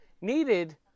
Needed